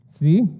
See